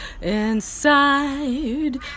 inside